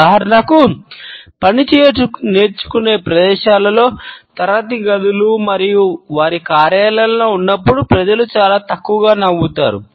ఉదాహరణకి పని నేర్చుకునే ప్రదేశాలలో తరగతి గదులలో మరియు వారి కార్యాలయంలో ఉన్నప్పుడు ప్రజలు చాలా తక్కువగా నవ్వుతారు